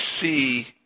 see